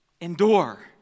endure